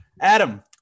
Adam